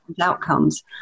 outcomes